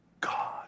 God